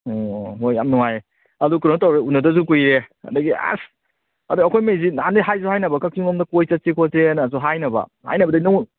ꯑꯣ ꯍꯣꯏ ꯌꯥꯝ ꯅꯨꯡꯉꯥꯏꯔꯦ ꯑꯗꯣ ꯀꯩꯅꯣꯇꯧꯔꯦ ꯎꯅꯗꯕꯁꯨ ꯀꯨꯏꯔꯦ ꯑꯗꯒꯤ ꯑꯁ ꯑꯗ ꯑꯩꯈꯣꯏꯃꯈꯩꯁꯦ ꯅꯍꯥꯟꯗꯩ ꯍꯥꯏꯁꯨ ꯍꯥꯏꯅꯕ ꯀꯛꯆꯤꯡꯂꯣꯝꯗ ꯀꯣꯏ ꯆꯠꯁꯤ ꯈꯣꯠꯁꯦꯅꯁꯨ ꯍꯥꯏꯅꯕ ꯍꯥꯏꯅꯕꯗꯩ ꯅꯪꯉꯣꯟ